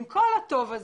עם כל הטוב הזה,